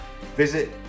Visit